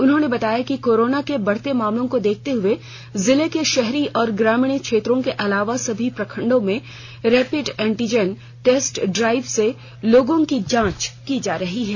उन्होंने बताया कि कोरोना के बढ़ते मामलों को देखते हुए जिले के शहरी और ग्रामीण क्षेत्रों के अलावा सभी प्रखंडो में रैपिड एंटीजेन टेस्ट ड्राईव से लोगों की जांच की जा रही है